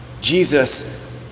Jesus